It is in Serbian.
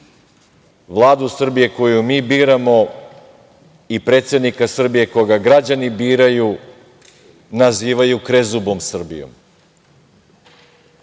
Vladu Srbije koju mi biramo i predsednika Srbije koga građani biraju nazivaju krezubom Srbijom. Valjda